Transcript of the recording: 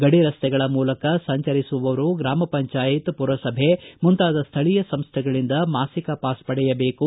ಗಡಿ ರಸ್ತೆಗಳ ಮೂಲಕ ಸಂಚರಿಸುವವರು ಗ್ರಾಮ ಪಂಚಾಯತ್ ಪುರಸಭೆ ಮುಂತಾದ ಸ್ಟಳೀಯ ಸಂಸ್ಥೆಗಳಿಂದ ಮಾಸಿಕ ಪಾಸ್ ಪಡೆಯಬೇಕು